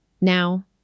Now